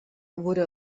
wurde